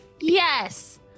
yes